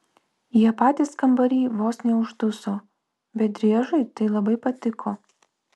jie patys kambary vos neužduso bet driežui tai labai patiko